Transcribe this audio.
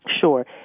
Sure